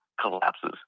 collapses